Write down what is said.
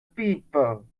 people